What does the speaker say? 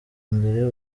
mbere